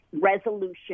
resolution